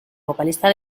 vocalista